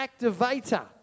activator